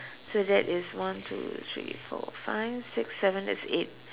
so that is one two three four five six seven that's eight